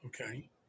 okay